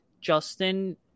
Justin